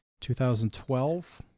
2012